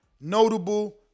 Notable